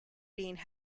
being